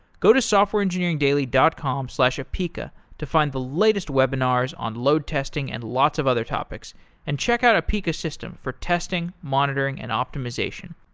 go to softwareengineeringdaily dot com slash apica to find the latest webinars on load testing and lots of other topics and check out apica system for testing, monitoring and optimization.